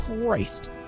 Christ